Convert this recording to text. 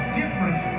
difference